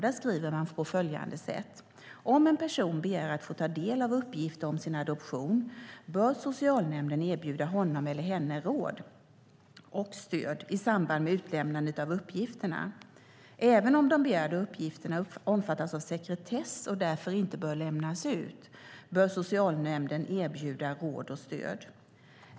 Där skriver man: "Om en person begär att få ta del av uppgifter om sin adoption, bör socialnämnden erbjuda honom eller henne råd och stöd i samband med utlämnandet av uppgifterna. Även om de begärda uppgifterna omfattas av sekretess och därför inte kan lämnas ut, bör socialnämnden erbjuda råd och stöd.